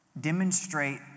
demonstrate